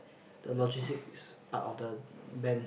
the logistics part of the band